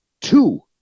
two